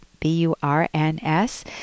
B-U-R-N-S